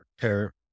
terror